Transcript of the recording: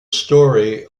story